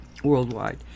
worldwide